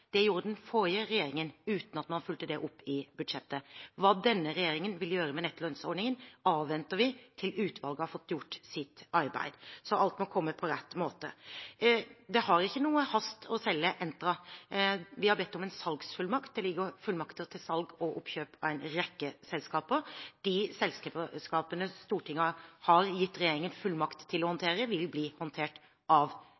Det gjorde den forrige regjeringen, uten at man fulgte det opp i budsjettet. Hva denne regjeringen vil gjøre med nettolønnsordningen, avventer vi til utvalget har fått gjort sitt arbeid. Så alt må komme på rett måte. Det har ikke noen hast å selge Entra. Vi har bedt om en salgsfullmakt. Det ligger fullmakter til salg og oppkjøp av en rekke selskaper. De selskapene Stortinget har gitt regjeringen fullmakt til å håndtere, vil bli håndtert av